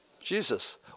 Jesus